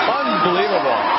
unbelievable